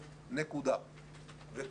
זאת אומרת,